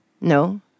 No